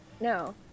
No